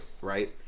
right